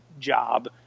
job